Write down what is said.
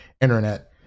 internet